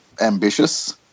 ambitious